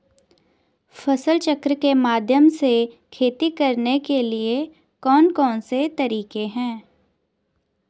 फसल चक्र के माध्यम से खेती करने के लिए कौन कौन से तरीके हैं?